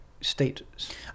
state